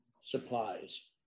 supplies